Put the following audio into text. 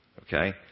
Okay